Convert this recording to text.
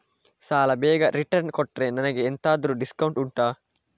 ಸಾಲ ಬೇಗ ರಿಟರ್ನ್ ಕೊಟ್ರೆ ನನಗೆ ಎಂತಾದ್ರೂ ಡಿಸ್ಕೌಂಟ್ ಉಂಟಾ